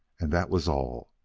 and that was all.